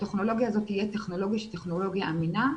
שהטכנולוגיה הזאת תהיה טכנולוגיה שהיא טכנולוגיה אמינה.